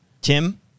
Tim